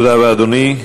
תודה רבה, אדוני.